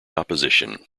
opposition